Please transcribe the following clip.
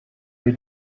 wir